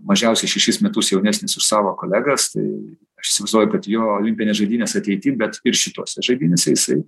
mažiausiai šešis metus jaunesnis už savo kolegas tai aš įsivaizduoju kad jo olimpinės žaidynės ateity bet ir šitose žaidynėse jisai